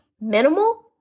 minimal